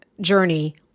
journey